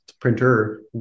printer